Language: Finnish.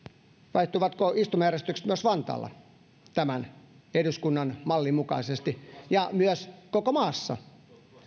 vaihtuvatko istumajärjestykset myös vantaalla eduskunnan mallin mukaisesti ja myös koko maassa